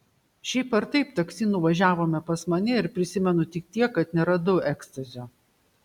šiaip ar taip taksi nuvažiavome pas mane ir prisimenu tik tiek kad neradau ekstazio